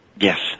Yes